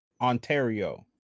Ontario